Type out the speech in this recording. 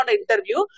interview